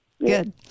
good